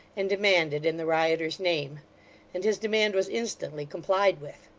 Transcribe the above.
and demand it in the rioters name and his demand was instantly complied with.